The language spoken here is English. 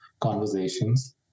conversations